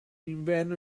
inverno